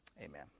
Amen